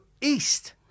east